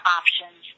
options